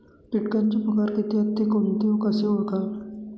किटकांचे प्रकार किती आहेत, ते कोणते व कसे ओळखावे?